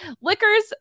Liquors